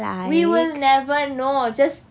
we will never know just